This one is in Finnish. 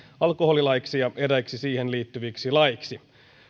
alkoholilaiksi ja eräiksi siihen liittyviksi laeiksi förslaget